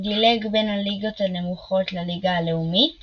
דילג בין הליגות הנמוכות לליגה הלאומית